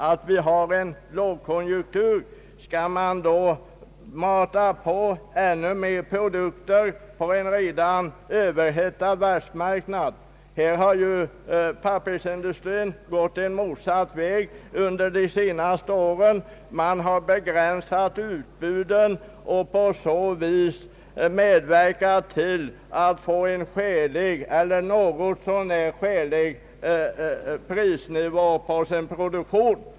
Om vi har en lågkonjunktur, skall vi då mata ut ännu mer produkter på en redan överhettad världsmarknad? Pappersindustrin har ju gått motsatt väg under de senaste åren. Man har begränsat utbuden och på så vis medverkat till att få en skälig eller åtminstone något så när skälig prisnivå på sin produktion.